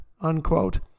unquote